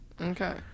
Okay